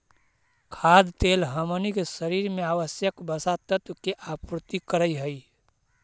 खाद्य तेल हमनी के शरीर में आवश्यक वसा तत्व के आपूर्ति करऽ हइ